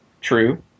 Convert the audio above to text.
true